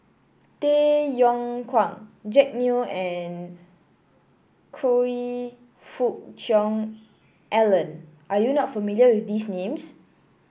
Tay Yong Kwang Jack Neo and Choe Fook Cheong Alan are you not familiar with these names